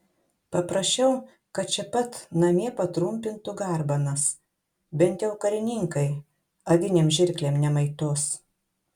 paprašau kad čia pat namie patrumpintų garbanas bent jau karininkai avinėm žirklėm nemaitos